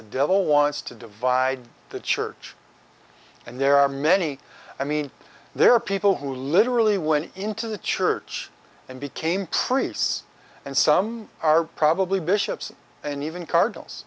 the devil wants to divide the church and there are many i mean there are people who literally went into the church and became priests and some are probably bishops and even cardinals